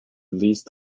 released